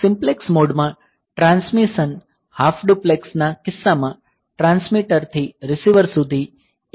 simplex મોડમાં transmission half ડુપ્લેક્સના કિસ્સામાં ટ્રાન્સમીટર થી રીસીવર સુધી એક દિશામાં હોય છે